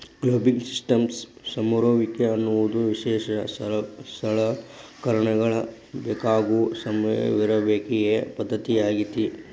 climbing systems ಸಮರುವಿಕೆ ಅನ್ನೋದು ವಿಶೇಷ ಸಲಕರಣೆಗಳ ಬೇಕಾಗೋ ಸಮರುವಿಕೆಯ ಪದ್ದತಿಯಾಗೇತಿ